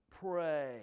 pray